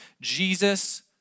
Jesus